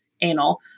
anal